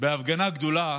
בהפגנה הגדולה